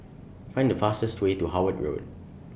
Find The fastest Way to Howard Road